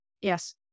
Yes